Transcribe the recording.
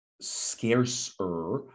scarcer